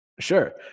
Sure